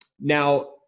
now